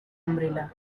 umbrella